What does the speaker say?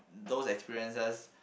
those experiences